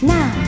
Now